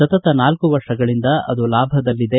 ಸತತ ನಾಲ್ಕು ವರ್ಷಗಳಿಂದ ಅದು ಲಾಭದಲ್ಲಿದೆ